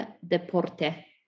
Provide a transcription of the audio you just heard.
deporte